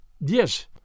Yes